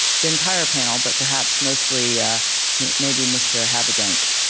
the entire panel, but perhaps mostly i mean maybe mr. habedank.